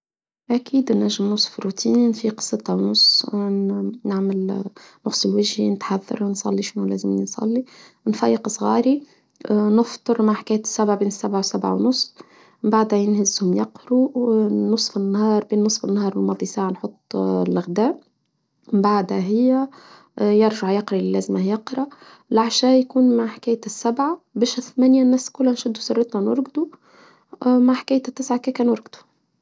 أكيد نجم نصف روتين نفيق سته ونصف نعمل نغسل وجهي نتحذر ونصلي شنو لازم نصلي نفيق صغاري نفطر مع حكاية السبعة بين السبعة وسبعة ونصف بعدها ينهزهم يقروا ونصف النهار بين نصف النهار ومضي ساعة نحط الغداء بعدها هي يرجع يقرأ اللي لازم هيقرأ العشاء يكون مع حكاية السبعة بشه ثمانية الناس كلها نشدوا سررتنا نركضوا مع حكاية التسعة كيكا نركضوا.